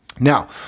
Now